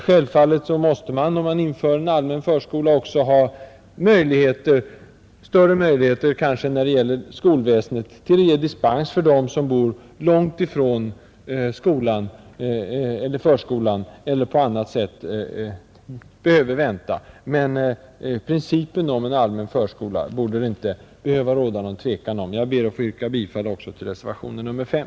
Självfallet måste man, om man inför en allmän förskola, ha större möjligheter än när det gäller skolväsendet i övrigt att ge dispens till dem som bor långt från förskolan eller som av någon annan anledning behöver vänta. Men principen om en allmän förskola borde det inte råda några delade meningar om. Jag ber att få yrka bifall också till reservationen 5.